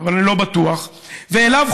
ולכן,